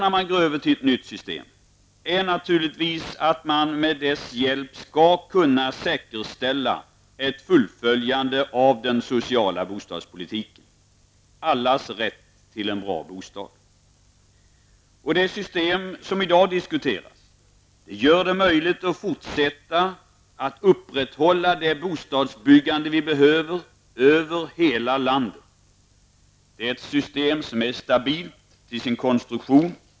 När man går över till ett nytt system är det naturligtvis nödvändigt att man med hjälp av systemet skall kunna säkerställa ett fullföljande av den sociala bostadspolitiken. Det handlar då om allas rätt till en bra bostad. Det system som i dag diskuteras möjliggör ett fortsatt upprätthållande av det bostadsbyggande som behövs över hela landet. Det är ett system som är stabilt till sin konstruktion.